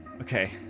Okay